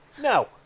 No